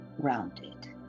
grounded